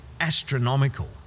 astronomical